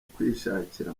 kwishakira